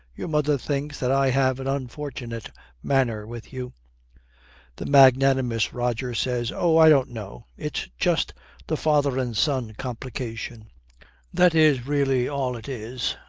your mother thinks that i have an unfortunate manner with you the magnanimous roger says, oh, i don't know. it's just the father-and-son complication that is really all it is.